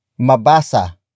Mabasa